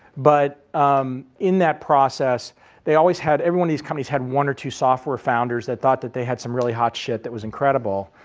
but in that process they always had, every one of these companies had one or two software founders that thought that they had some really hot shit that was incredible.